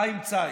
חיים צאיג,